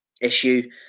issue